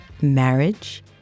marriage